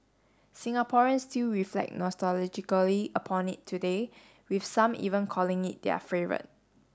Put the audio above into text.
Singaporeans still reflect nostalgically upon it today with some even calling it their favourite